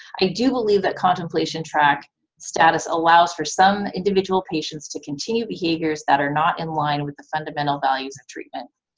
i do believe that contemplation track status allows for some individual patients to continue behaviors that are not in line with the fundamental values of treatment,